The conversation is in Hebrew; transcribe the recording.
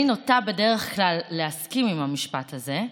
אני נוטה בדרך כלל להסכים עם המשפט הזה,